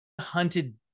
hunted